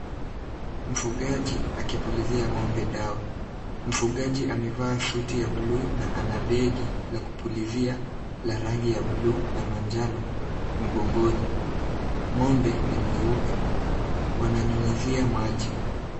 Mfugaji akipulizia ng'ombe dawa. Mfugaji amevaa suti ya blue na ana begi la kupulizia la rangi ya blue na manjano mgongoni. Ng'ombe ni mweupe. Wananyunyizia maji.